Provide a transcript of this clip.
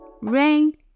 Rain